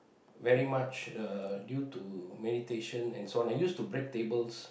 very much uh due to meditation and so on I used to break tables